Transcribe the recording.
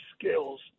skills